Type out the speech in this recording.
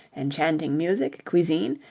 enchanting music, cuisine,